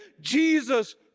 Jesus